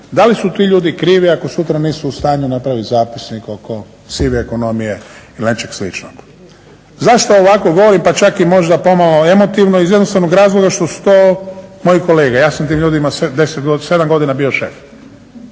da li su ti ljudi krivi ako sutra nisu u stanju napraviti zapisnik oko sive ekonomije ili nečeg sličnog. Zašto ovako govorim? Pa čak i možda pomalo emotivno iz jednostavnog razloga što su to moji kolege. Ja sam tim ljudima 7 godina bio šef